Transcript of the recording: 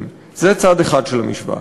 זה צד אחד של המשוואה.